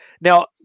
Now